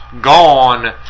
Gone